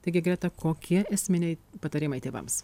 taigi greta kokie esminiai patarimai tėvams